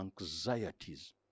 anxieties